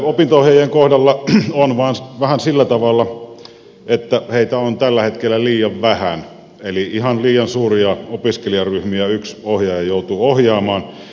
opinto ohjaajien kohdalla on vain vähän sillä tavalla että heitä on tällä hetkellä liian vähän eli ihan liian suuria opiskelijaryhmiä yksi ohjaaja joutuu ohjaamaan